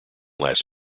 last